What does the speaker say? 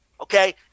okay